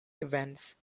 events